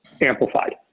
amplified